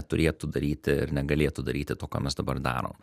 turėtų daryti ir negalėtų daryti to ką mes dabar darom